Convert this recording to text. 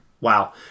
Wow